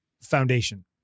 foundation